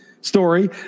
story